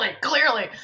clearly